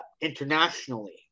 internationally